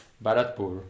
Bharatpur